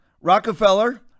Rockefeller